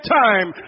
time